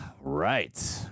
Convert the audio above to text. right